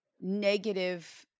negative